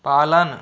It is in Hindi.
पालन